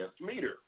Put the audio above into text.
Meter